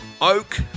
Oak